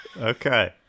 Okay